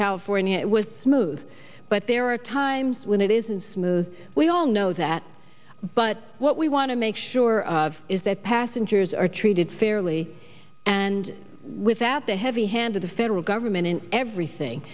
california it was smooth but there are times when it isn't smooth we all know that but what we want to make sure is that passengers are treated fairly and without the heavy hand of the federal government in everything